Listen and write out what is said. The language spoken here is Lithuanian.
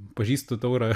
pažįstu taurą